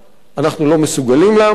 אנחנו לא מסוגלים לעמוד בה.